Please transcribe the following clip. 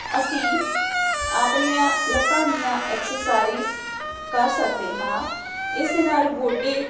ਅਸੀਂ ਆਪਣੀਆਂ ਲੱਤਾਂ ਦੀਆਂ ਐਕਸਰਸਾਈਜ ਕਰ ਸਕਦੇ ਹਾਂ ਇਸ ਦੇ ਨਾਲ ਗੋਡੇ